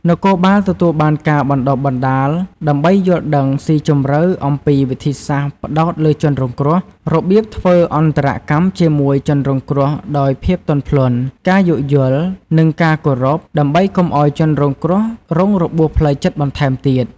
នគរបាលទទួលបានការបណ្ដុះបណ្ដាលដើម្បីយល់ដឹងស៊ីជម្រៅអំពីវិធីសាស្ត្រផ្តោតលើជនរងគ្រោះ របៀបធ្វើអន្តរកម្មជាមួយជនរងគ្រោះដោយភាពទន់ភ្លន់ ការយោគយល់ និងការគោរព ដើម្បីកុំឲ្យជនរងគ្រោះរងរបួសផ្លូវចិត្តបន្ថែមទៀត។